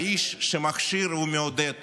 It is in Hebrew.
האיש שמכשיר ומעודד